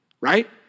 right